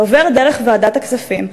שעובר דרך ועדת הכספים.